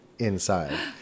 inside